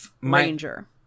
Ranger